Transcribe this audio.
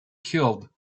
killed